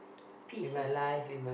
peace ah